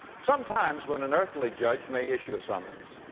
sometimes when an earthly judge may issue a summons,